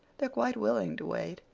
they're quite willing to wait.